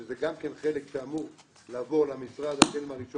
שזה גם כן חלק שאמור לעבור למשרד החל מה-1